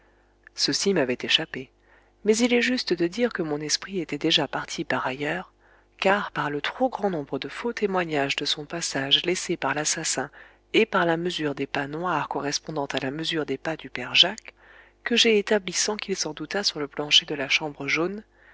ceci m'avait échappé mais il est juste de dire que mon esprit était déjà parti par ailleurs car par le trop grand nombre de faux témoignages de son passage laissé par l'assassin et par la mesure des pas noirs correspondant à la mesure des pas du père jacques que j'ai établie sans qu'il s'en doutât sur le plancher de la chambre jaune